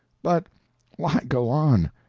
but why go on?